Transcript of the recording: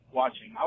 watching